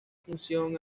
función